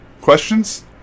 questions